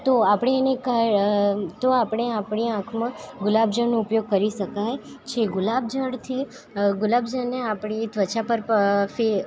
તો આપણે એને કા તો આપણે આપણી આંખમાં ગુલાબજળનો ઉપયોગ કરી શકાય છે ગુલાબજળથી ગુલાબજળને આપણી ત્વચા પર